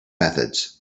methods